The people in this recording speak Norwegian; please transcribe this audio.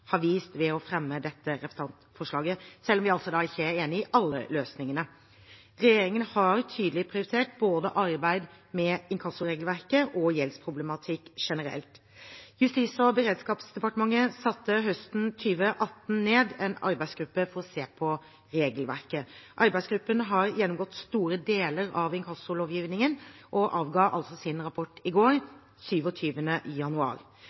har vist ved å fremme dette representantforslaget – selv om vi ikke er enig i alle løsningene. Regjeringen har tydelig prioritert arbeid med både inkassoregelverket og gjeldsproblematikk generelt. Justis- og beredskapsdepartementet satte høsten 2018 ned en arbeidsgruppe for å se på regelverket. Arbeidsgruppen har gjennomgått store deler av inkassolovgivningen og avga sin rapport i går, den 27. januar.